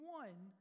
one